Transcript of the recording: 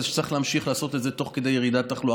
זה שצריך להמשיך לעשות את זה תוך כדי ירידת התחלואה.